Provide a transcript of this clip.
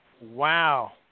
wow